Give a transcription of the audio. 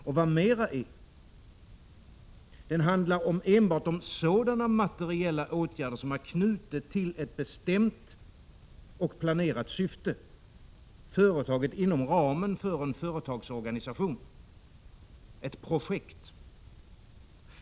Och vad mera är: den handlar enbart om sådana materiella åtgärder som är knutna till ett bestämt och planerat syfte, företaget inom ramen för en företagsorganisation, ett projekt.